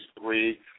three